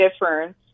difference